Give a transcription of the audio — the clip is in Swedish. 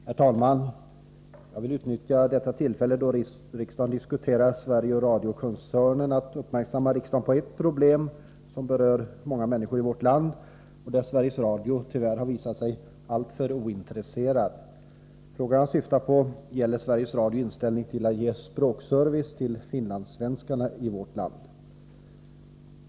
Herr talman! Jag vill utnyttja detta tillfälle, då riksdagen diskuterar Sveriges Radio-koncernen, att uppmärksamma riksdagen på ett problem som berör många människor i vårt land och där Sveriges Radio tyvärr har visat sig alltför ointresserad. Den fråga jag syftar på gäller Sveriges Radios inställning till att ge språkservice till finlandssvenskarna i vårt land.